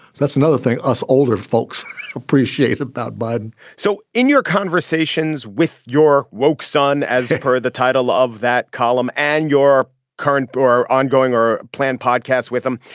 that's another thing. us older folks appreciate that. but so in your conversations with your woak son, as per the title of that column and your current or ongoing or planned podcast with him,